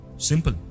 Simple